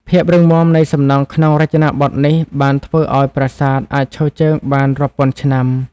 ភាពរឹងមាំនៃសំណង់ក្នុងរចនាបថនេះបានធ្វើឱ្យប្រាសាទអាចឈរជើងបានរាប់ពាន់ឆ្នាំ។